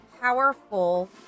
powerful